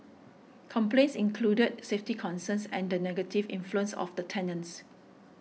complaints included safety concerns and the negative influence of the tenants